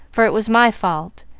for it was my fault.